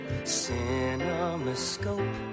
Cinemascope